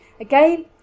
Again